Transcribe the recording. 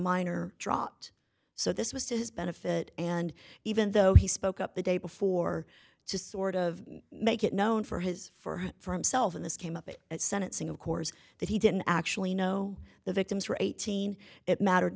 minor dropped so this was to his benefit and even though he spoke up the day before to sort of make it known for his for for himself and this came up at sentencing of course that he didn't actually know the victims were eighteen it mattered